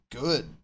good